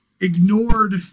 ignored